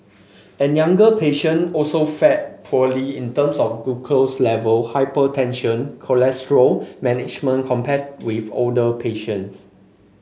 and younger patient also fared poorly in terms of glucose level hypertension cholesterol management compared with older patients